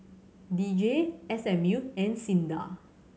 D J S M U and SINDA